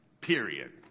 Period